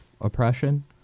oppression